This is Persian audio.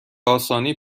آسانی